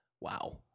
Wow